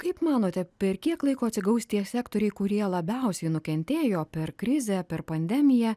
kaip manote per kiek laiko atsigaus tie sektoriai kurie labiausiai nukentėjo per krizę per pandemiją